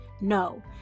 no